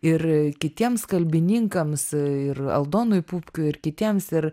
ir kitiems kalbininkams ir aldonui pupkiui ir kitiems ir